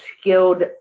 skilled